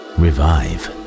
revive